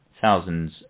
thousands